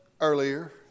earlier